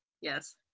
yes